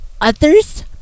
others